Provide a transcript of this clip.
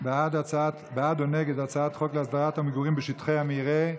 בעד או נגד הצעת חוק להסדרת המגורים בשטחי מרעה,